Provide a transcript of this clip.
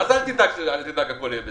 מה זה אל תדאג, יהיה בסדר?